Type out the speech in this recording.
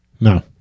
No